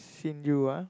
seen you ah